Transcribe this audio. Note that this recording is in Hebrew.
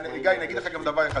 גיא, אני אגיד לך דבר אחד.